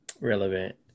relevant